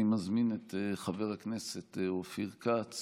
אני מזמין את חבר הכנסת אופיר כץ